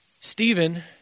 Stephen